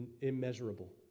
Immeasurable